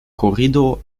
korridor